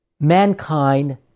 Mankind